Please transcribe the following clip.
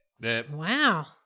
Wow